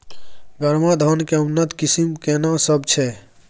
गरमा धान के उन्नत किस्म केना सब छै?